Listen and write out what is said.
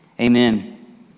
Amen